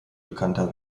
bekannter